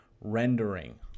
rendering